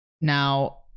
Now